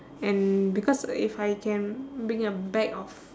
and because if I can bring a bag of